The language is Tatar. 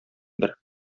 бер